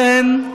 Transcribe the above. הממשלה,